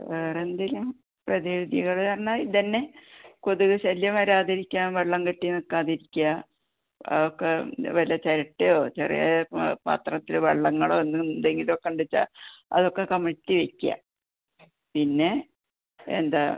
വേറെന്തേലും പ്രതിവിധികൾ പറഞ്ഞാൽ ഇതന്നെ കൊതുക് ശല്യം വരാതിരിക്കുക വെള്ളം കെട്ടി നിൽക്കാതിരിക്കുക അതൊക്കെ വല്ല ചിരട്ടയോ ചെറിയ പാത്രത്തിൽ വെള്ളങ്ങളോ എന്തെങ്കിലൊക്കെ കൊണ്ടുച്ചാൽ അതൊക്കെ കമഴ്ത്തി വെക്കുക പിന്നെ എന്താ